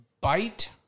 bite